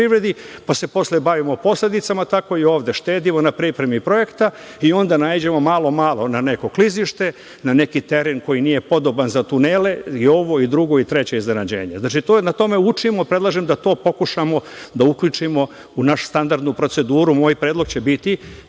pa se posle bavimo posledicama, tako i ovde, štedimo na pripremi projekta i onda naiđemo malo na neko klizište, na neki teren koji nije podoban za tunele i ovo i drugo i treće iznenađenje. Znači na tome učimo. Predlažem da to pokušamo da uključimo u našu standardnu proceduru. Moj predlog će biti